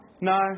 No